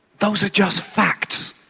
those are just facts.